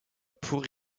pour